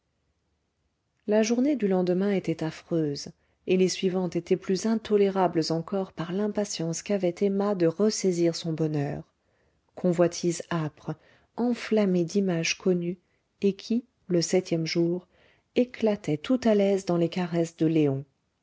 la journée du lendemain était affreuse et les suivantes étaient plus intolérables encore par l'impatience qu'avait emma de ressaisir son bonheur convoitise âpre enflammée d'images connues et qui le septième jour éclatait tout à l'aise dans les caresses de léon